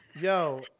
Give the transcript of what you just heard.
yo